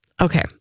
Okay